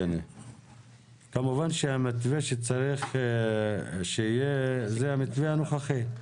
כמובן שהמתווה שיהיה זה המתווה הנוכחי.